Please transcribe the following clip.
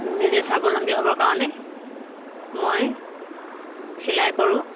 নিজে স্বাৱলম্বী হ'বৰ কাৰণে মই চিলাই কৰোঁ